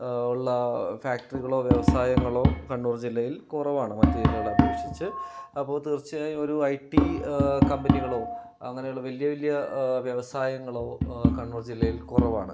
ഉള്ള ഫാക്ടറികളോ വ്യവസായങ്ങളോ കണ്ണൂർ ജില്ലയിൽ കുറവാണ് മറ്റു ജില്ലകളെ അപേക്ഷിച്ച് അപ്പോൾ തീർച്ചയായും ഒരു ഐ ടി കമ്പനികളോ അങ്ങനെയുള്ള വലിയ വലിയ വ്യവസായങ്ങളോ കണ്ണൂർ ജില്ലയിൽ കുറവാണ്